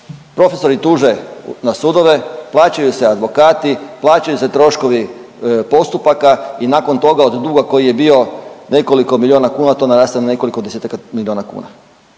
profesori tuže na sudove, plaćaju se advokati, plaćaju se troškovi postupaka i nakon toga od duga koji je bio nekoliko milijuna kuna to naraste na nekoliko desetaka miliona kuna.